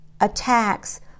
attacks